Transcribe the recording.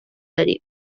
داریم